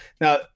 Now